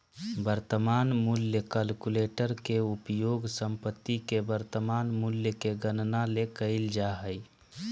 वर्तमान मूल्य कलकुलेटर के उपयोग संपत्ति के वर्तमान मूल्य के गणना ले कइल जा हइ